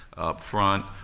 up front,